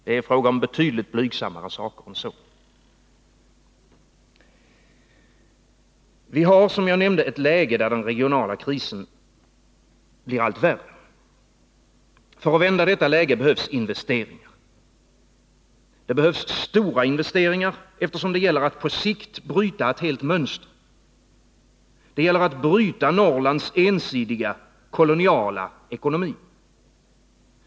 Det är fråga om betydligt blygsammare saker än så. Vi har, som jag nämnde, ett läge där den regionala krisen blir allt värre. För att vända detta läge behövs investeringar. Det behövs stora investeringar, eftersom det gäller att på sikt bryta ett helt mönster. Det gäller att bryta Norrlands ensidiga, koloniala ekonomi.